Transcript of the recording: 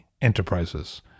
Enterprises